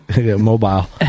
mobile